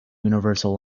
universal